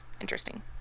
interesting